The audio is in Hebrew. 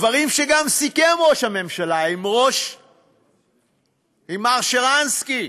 גפ דברים שסיכם ראש הממשלה עם מר שרנסקי,